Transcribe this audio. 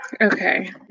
okay